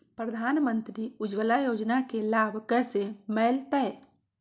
प्रधानमंत्री उज्वला योजना के लाभ कैसे मैलतैय?